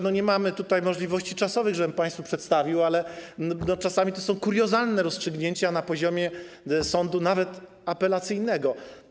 Nie mamy tutaj możliwości czasowych, żebym państwu to przedstawił, ale czasami to są kuriozalne rozstrzygnięcia na poziomie nawet sądu apelacyjnego.